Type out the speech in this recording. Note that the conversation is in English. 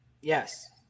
Yes